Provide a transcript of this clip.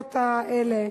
בבחירות האלה,